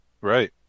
right